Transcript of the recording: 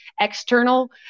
external